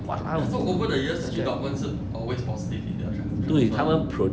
ya so over the years actually dorman 是 always positive in their tra~ transfer